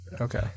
Okay